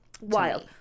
Wild